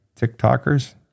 tiktokers